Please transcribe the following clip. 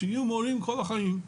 שיהיו מורים כל החיים.